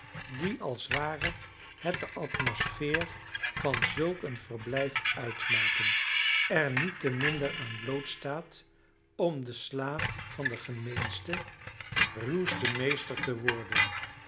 die als ware het de atmosfeer van zulk een verblijf uitmaken er niet te minder aan blootstaat om de slaaf van den gemeensten ruwsten meester te worden evenals